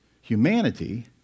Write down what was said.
humanity